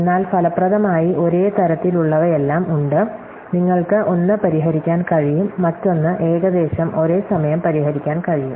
എന്നാൽ ഫലപ്രദമായി ഒരേ തരത്തിലുള്ളവയെല്ലാം ഉണ്ട് നിങ്ങൾക്ക് ഒന്ന് പരിഹരിക്കാൻ കഴിയും മറ്റൊന്ന് ഏകദേശം ഒരേ സമയം പരിഹരിക്കാൻ കഴിയും